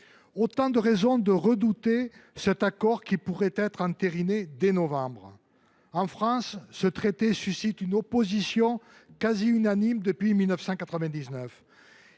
Autant de raisons de redouter cet accord, qui pourrait être entériné dès novembre prochain. En France, ce traité suscite une opposition quasi unanime depuis 1999.